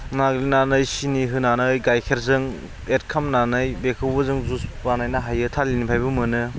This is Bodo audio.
नाग्लिनानै सिनि होनानै गाइखेरजों एड खालामनानै बेखौबो जों जुइस बानायनो हायो थालिरनिफ्रायबो मोनो